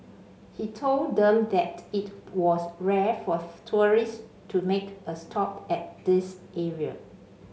he told them that it was rare forth tourists to make a stop at this area